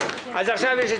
עכשיו יש את